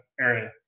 area